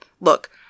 Look